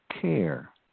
care